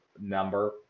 number